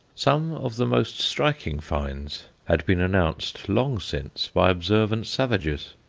some of the most striking finds had been announced long since by observant savages.